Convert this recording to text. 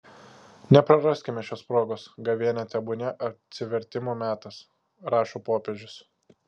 nepraraskime šios progos gavėnia tebūnie atsivertimo metas rašo popiežius